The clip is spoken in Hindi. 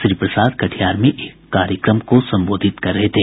श्री प्रसाद कटिहार में एक कार्यक्रम को संबोधित कर रहे थे